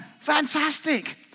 Fantastic